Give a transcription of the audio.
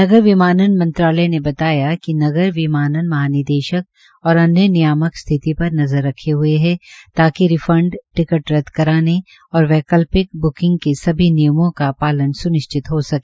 नगर विमानन मंत्रालय ने बताया कि नगर विमानन महानिदेशक और अन्य नियामक स्थिति पर नज़र रखे हये है ताकि रिफंड टिकट रद्द कराने और वैकल्पिक ब्रिकंग के सभी नियमों का पालन स्निश्चित हो सके